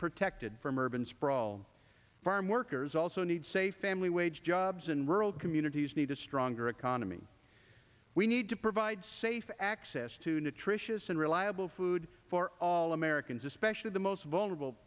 protected from urban sprawl farmworkers also need say family wage jobs and rural communities need a stronger economy we need to provide safe access to nutritious and reliable food for all americans especially the most vulnerable